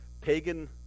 pagan